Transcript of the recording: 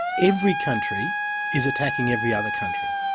every country is attacking every other country,